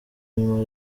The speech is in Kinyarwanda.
nyuma